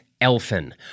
elfin